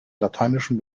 lateinischen